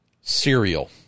cereal